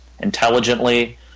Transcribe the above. intelligently